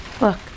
Look